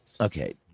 Okay